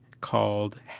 called